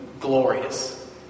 glorious